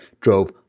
drove